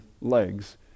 legs